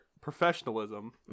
professionalism